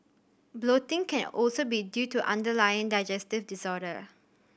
bloating can also be due to underlying digestive disorder